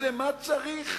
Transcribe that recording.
אז למה צריך